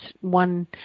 one